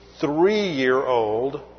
three-year-old